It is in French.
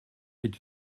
est